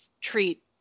treat